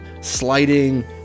sliding